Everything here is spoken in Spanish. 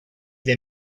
the